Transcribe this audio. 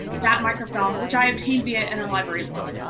that micro film which i obtained via interlibrary loan.